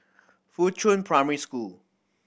Fuchun Primary School